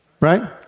right